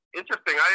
interesting